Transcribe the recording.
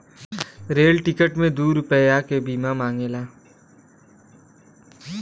rail ticket मे दू रुपैया के बीमा मांगेला